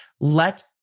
Let